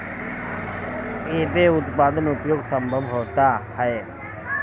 एमे उत्पादन में उपयोग संभव होत हअ